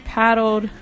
paddled